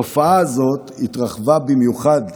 התופעה הזאת התרחבה במיוחד,